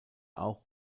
auch